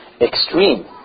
extreme